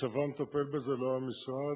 הצבא מטפל בזה, לא המשרד.